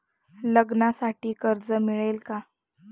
लग्नासाठी कर्ज मिळेल का?